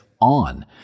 on